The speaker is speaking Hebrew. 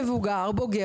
מבוגר בוגר,